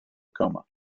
coma